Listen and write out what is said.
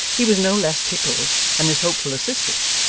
he was no less tickled than his hopeful assistant,